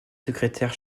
secrétaire